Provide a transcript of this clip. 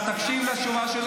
אנשים תקפו אותי אישית.